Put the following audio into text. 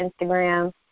Instagram